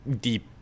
deep